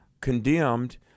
condemned